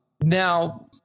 Now